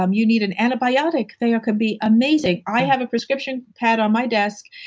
um you need an antibiotic, they can be amazing. i have a prescription pad on my desk,